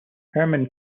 herman